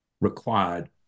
required